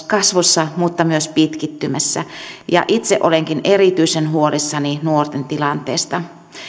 kasvussa mutta myös pitkittymässä itse olenkin erityisen huolissani nuorten tilanteesta